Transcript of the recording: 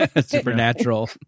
supernatural